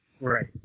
Right